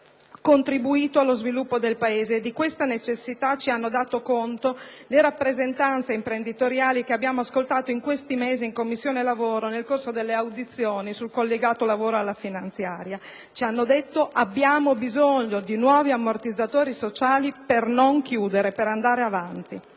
ampiamente contribuito allo sviluppo del Paese. Di questa necessità ci hanno dato conto le rappresentanze imprenditoriali che abbiamo ascoltato in questi mesi in Commissione lavoro nel corso delle audizioni sul collegato alla finanziaria. Ci hanno detto che c'è bisogno di nuovi ammortizzatori sociali per non chiudere, per andare avanti.